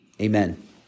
amen